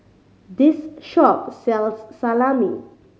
this shop sells Salami